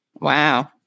Wow